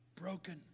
broken